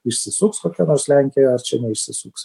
išsisuks kokia nors lenkija ar čia neišsisuks